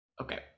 Okay